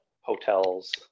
hotels